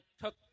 took